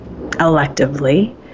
electively